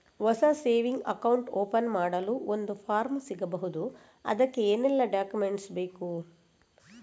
ಹೊಸ saving account open ಮಾಡಲು ಒಂದು ಫಾರ್ಮ್ ಸಿಗಬಹುದು? ಅದಕ್ಕೆ ಏನೆಲ್ಲಾ ಡಾಕ್ಯುಮೆಂಟ್ಸ್ ಬೇಕು?